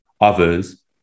others